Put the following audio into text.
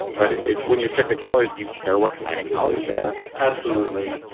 but, when you restrict the calories do you care what kind of calories they are? absolutely.